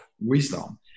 wisdom